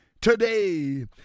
today